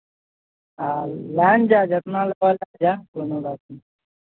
आ लए ने जाह जतना लेबह लए जा कोनो बात नहि